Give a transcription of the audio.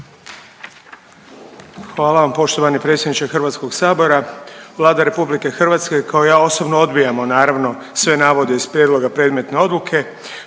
Hvala vam poštovani predsjedniče HS-a, Vlada RH, kao i ja osobno, odbijamo, naravno, sve navode iz prijedloga predmetne odluke.